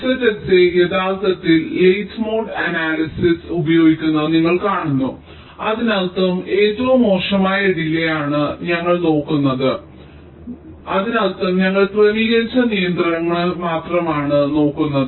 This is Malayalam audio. ZSA യഥാർത്ഥത്തിൽ ലേറ്റ് മോഡ് അനാലിസിസ് ഉപയോഗിക്കുന്നത് നിങ്ങൾ കാണുന്നു അതിനർത്ഥം ഏറ്റവും മോശമായ ഡിലേയ് ആണ് ഞങ്ങൾ നോക്കുന്നത് അതിനർത്ഥം ഞങ്ങൾ ക്രമീകരിച്ച നിയന്ത്രണങ്ങൾ മാത്രമാണ് നോക്കുന്നത്